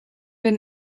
been